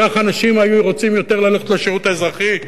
כך אנשים היו רוצים יותר ללכת לשירות האזרחי.